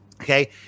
Okay